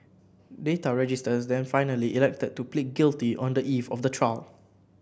Data Register then finally elected to plead guilty on the eve of the trial